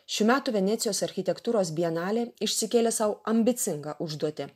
šių metų venecijos architektūros bienalė išsikelia sau ambicingą užduotį